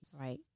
right